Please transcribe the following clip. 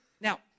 Now